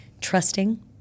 trusting